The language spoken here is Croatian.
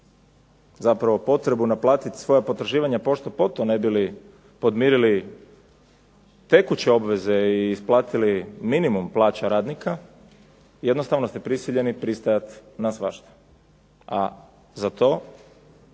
zapravo potrebu naplatiti svoja potraživanja pošto poto ne bi li podmirili tekuće obveze i isplatili minimum plaća radnika, jednostavno ste prisiljeni pristajati na svašta, a za to